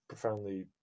profoundly